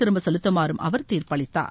திரும்ப செலுத்துமாறும் அவர் தீர்ப்பளித்தார்